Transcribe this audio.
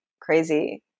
crazy